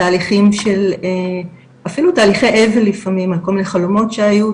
תהליכים של אפילו תהליכי אבל לפעמים על כל מיני חלומות שהיו,